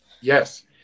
Yes